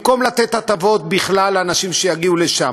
במקום לתת הטבות בכלל לאנשים שיגיעו לשם,